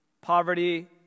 poverty